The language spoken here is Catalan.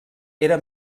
era